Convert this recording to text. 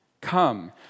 come